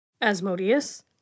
Asmodeus